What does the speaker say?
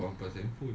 ya that's true